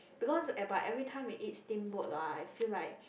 because whereby everytime we eat steamboat lah I feel like